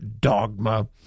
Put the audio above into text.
dogma